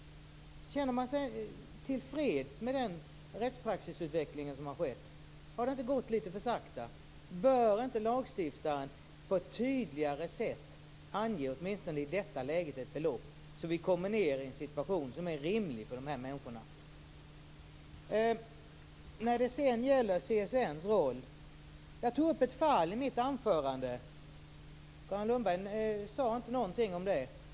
Känner man sig till freds med den rättspraxisutveckling som har skett? Har det inte gått litet för sakta? Bör inte lagstiftaren på ett tydligare sätt ange åtminstone i detta läge ett belopp som gör att man kommer till en situation som är rimlig för de här människorna? Sedan till CSN:s roll. Jag tog upp ett fall i mitt anförande. Carin Lundberg sade inte någonting om det.